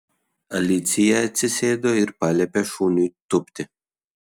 alicija atsisėdo ir paliepė šuniui tūpti